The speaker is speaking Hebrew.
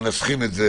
שמנסחים את זה